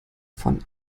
von